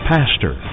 Pastor